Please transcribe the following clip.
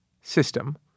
system